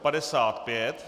55.